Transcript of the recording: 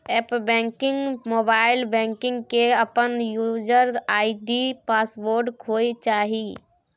app banking, mobile banking के अपन user ID password होय चाहिए